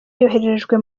yoherejwe